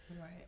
right